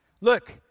look